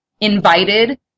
invited